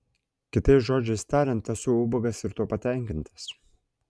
kitais žodžiais tariant esu ubagas ir tuo patenkintas